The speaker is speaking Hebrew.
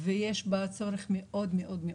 יש בה צורך מאוד מאוד חזק.